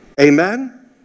Amen